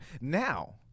now